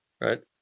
right